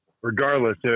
regardless